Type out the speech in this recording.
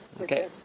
Okay